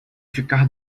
ficar